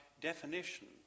definition